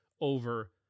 over